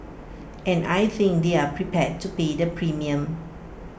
and I think they're prepared to pay the premium